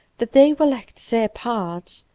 that they will act their parts,